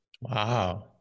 Wow